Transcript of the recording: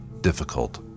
difficult